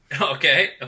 Okay